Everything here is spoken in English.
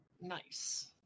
Nice